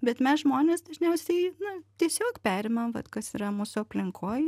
bet mes žmonės dažniausiai na tiesiog perimam vat kas yra mūsų aplinkoj